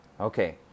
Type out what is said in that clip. Okay